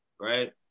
right